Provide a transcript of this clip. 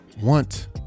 want